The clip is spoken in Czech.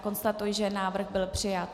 Konstatuji, že návrh byl přijat.